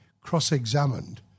cross-examined